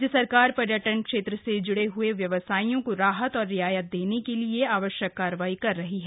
राज्य सरकार पर्यटन क्षेत्र से जुड़े हुए व्यवसायियों को राहत और रियायत देने के लिए आवश्यक कार्रवाई कर रही है